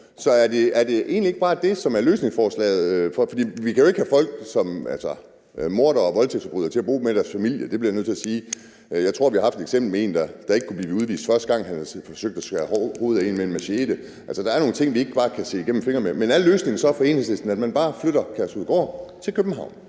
Så er det egentlig ikke bare det, som er løsningen? For vi kan jo ikke have folk, som er mordere eller voldtægtsforbrydere, til at bo der med deres familie – det bliver jeg nødt til at sige. Jeg tror, vi har haft et eksempel med en, der ikke kunne blive udvist, da han forsøgte at skære hovedet af en med en machete. Altså, der er nogle ting, vi ikke bare kan se igennem fingrene med. Men er Enhedslistens løsning så, at man bare flytter Kærshovedgård til København?